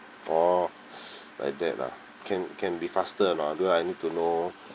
oh like that ah can can be faster or not because I need to know